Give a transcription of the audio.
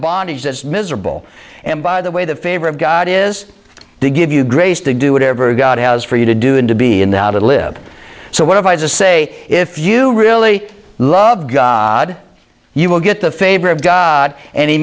bondage that's miserable and by the way the favor of god is to give you grace to do whatever god has for you to do and to be in the to live so what if i just say if you really love god you will get the favor of god and he